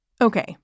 Okay